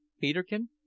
Peterkin